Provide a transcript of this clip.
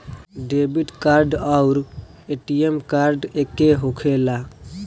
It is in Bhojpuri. डेबिट कार्ड आउर ए.टी.एम कार्ड एके होखेला?